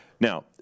Now